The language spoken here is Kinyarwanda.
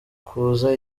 kuza